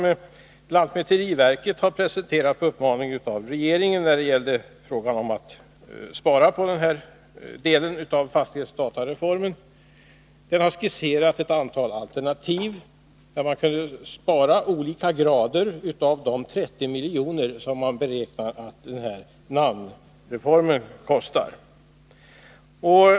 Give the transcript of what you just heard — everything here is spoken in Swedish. I den promemoria som lantmäteriverket på uppmaning av regeringen presenterat om möjligheterna att spara på den här delen av fastighetsdatareformen har skisserats ett antal alternativ som innebär olika grader av besparingar på de 30 miljoner som man beräknar att namnreformen kostar.